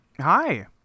Hi